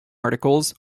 articles